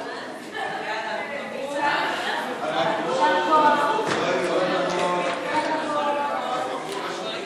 ההצעה להעביר את הצעת חוק איסור נהיגה ברכב בחוף הים